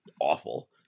awful